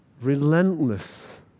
Relentless